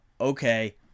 okay